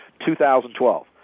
2012